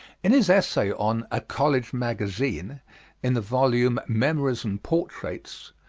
in his essay on a college magazine in the volume, memories and portraits,